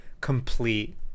complete